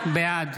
בעד